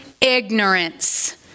Ignorance